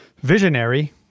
visionary